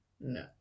No